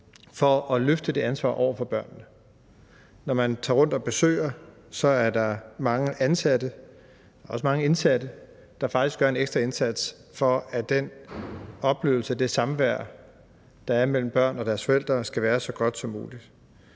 for at løfte det ansvar over for børnene. Når man tager rundt og besøger dem, er der mange ansatte og også mange indsatte, der faktisk gør en ekstra indsats for, at den oplevelse af det samvær, der er mellem børn og deres forældre, bliver så god som mulig.